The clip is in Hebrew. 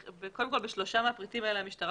בשלושה הפריטים האלה, המשטרה